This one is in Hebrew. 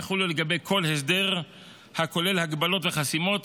יחולו לגבי כל הסדר הכולל הגבלות וחסימות